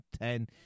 ten